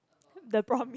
the promise